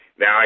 Now